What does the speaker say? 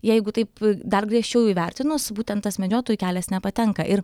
jeigu taip dar griežčiau įvertinus būtent tas medžiotojų kelias nepatenka ir